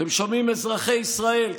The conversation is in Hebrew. אתם שומעים, אזרחי ישראל?